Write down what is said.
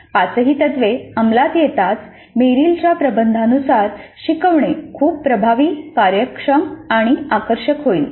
पाचही तत्त्वे अंमलात येताच मेरीलच्या प्रबंधानुसार शिकवणे खूप प्रभावी कार्यक्षम आणि आकर्षक होईल